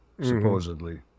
supposedly